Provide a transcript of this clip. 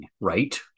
right